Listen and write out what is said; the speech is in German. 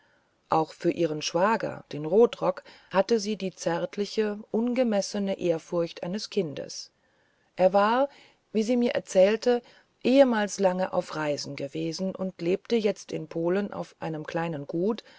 aber für ihren schwager den rotrock hatte sie die zärtliche ungemessene ehrfurcht eines kindes er war wie sie mir erzählte ehemals lange zeit auf reisen gewesen und lebte jetzt in polen auf einem kleinen gut